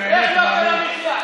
איך יוקר המחיה,